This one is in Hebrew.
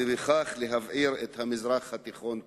ובכך להבעיר את המזרח התיכון כולו.